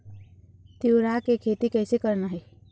तिऊरा के खेती कइसे करना हे?